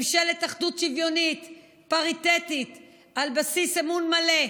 ממשלת אחדות שוויונית פריטטית על בסיס אמון מלא.